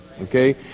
okay